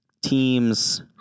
team's